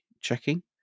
checking